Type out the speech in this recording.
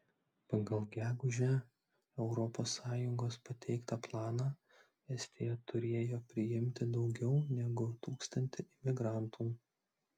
pagal gegužę europos sąjungos pateiktą planą estija turėjo priimti daugiau negu tūkstantį imigrantų